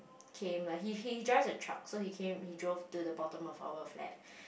came lah he he just a truck so he came he drove to the bottom of our flat